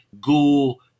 go